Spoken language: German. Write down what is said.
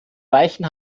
weichen